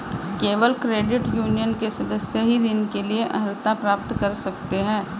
केवल credit union के सदस्य ही ऋण के लिए अर्हता प्राप्त कर सकते हैं